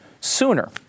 sooner